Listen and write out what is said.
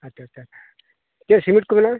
ᱟᱪᱪᱷᱟ ᱟᱪᱪᱷᱟ ᱪᱮᱫ ᱥᱤᱢᱮᱱᱴ ᱠᱚ ᱢᱮᱱᱟᱜᱼᱟ